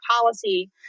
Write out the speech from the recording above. policy